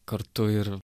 kartu ir